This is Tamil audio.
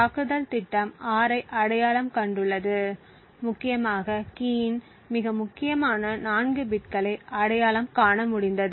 தாக்குதல் திட்டம் 6 ஐ அடையாளம் கண்டுள்ளது முக்கியமாக கீயின் மிக முக்கியமான 4 பிட்களை அடையாளம் காண முடிந்தது